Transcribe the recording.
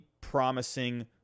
promising